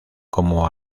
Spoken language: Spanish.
como